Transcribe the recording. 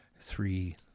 three